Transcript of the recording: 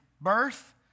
birth